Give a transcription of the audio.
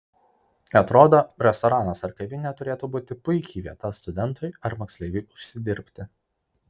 atrodo restoranas ar kavinė turėtų būti puiki vieta studentui ar moksleiviui užsidirbti